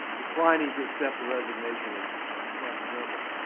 declining to accept the resignation of dr. drummond.